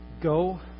Go